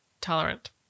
tolerant